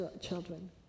children